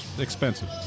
Expensive